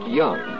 young